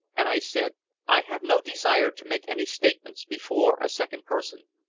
and i said i have no desire to make any statements before a second person.